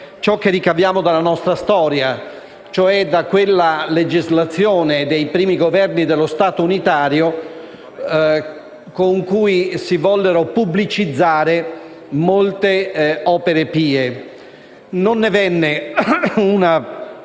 ciò che ricaviamo dalla nostra storia, cioè da quella legislazione dei primi Governi dello Stato unitario con cui si volle pubblicizzare molte opere pie. Non ne derivò